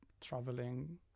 traveling